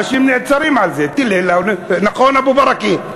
אנשים נעצרים על זה, טילי "לאו" נכון, אבו ברכה?